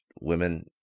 women